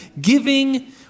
Giving